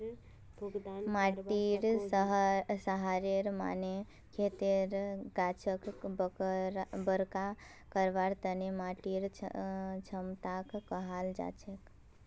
माटीर सहारेर माने खेतर गाछक बरका करवार तने माटीर क्षमताक कहाल जाछेक